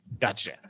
Gotcha